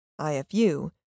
IFU